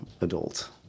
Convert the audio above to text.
adult